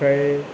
ओमफ्राय